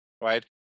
right